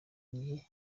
igihe